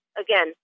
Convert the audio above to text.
again